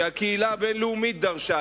שהקהילה הבין-לאומית דרשה,